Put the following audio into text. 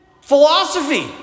philosophy